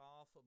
off